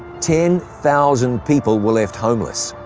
ten thousand people were left homeless.